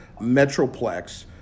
Metroplex